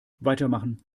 weitermachen